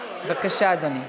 בבקשה, אדוני.